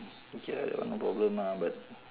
okay lah that one no problem mah but